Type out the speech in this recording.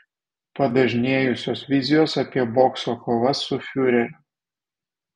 padažnėjusios vizijos apie bokso kovas su fiureriu